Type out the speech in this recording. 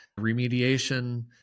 remediation